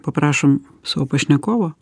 paprašom savo pašnekovo